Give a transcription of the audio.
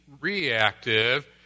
reactive